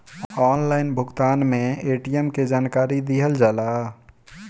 Online भुगतान में ATM के जानकारी दिहल जाला?